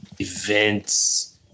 events